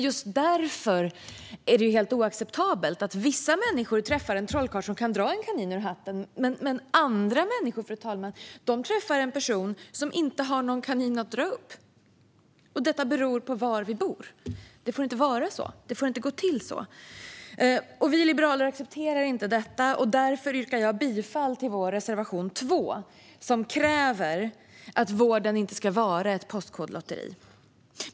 Just därför är det helt oacceptabelt att vissa människor träffar en trollkarl som kan dra en kanin ur hatten medan andra människor, fru talman, träffar en person som inte har någon kanin att dra upp. Detta beror på var vi bor. Det får inte vara så. Det får inte gå till så. Vi liberaler accepterar inte detta. Därför yrkar jag bifall till vår reservation 2, som kräver att vården inte ska vara ett postkodlotteri.